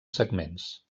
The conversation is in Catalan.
segments